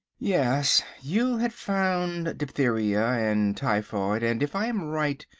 yes, you had found diphtheria and typhoid and, if i am right,